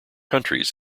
countries